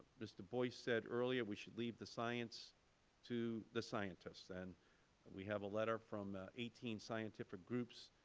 mr. boyce said earlier we should leave the science to the scientists, and we have a letter from eighteen scientific groups,